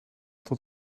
tot